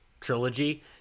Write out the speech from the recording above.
trilogy